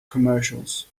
commercials